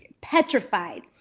petrified